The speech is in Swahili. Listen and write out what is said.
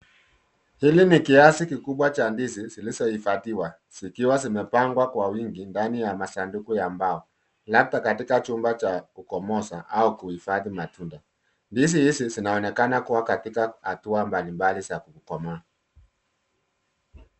Hili ni kiasi kikubwa cha ndizi zilizohifadhiwa zikiwa zimepangwa kwa wingi ndani ya masanduku ya mbao labda katika chumba cha kukomoza au kuhifadhi matunda. Ndizi hizi zinaonekana kuwa katika hatua mbalimbali za kukomaa.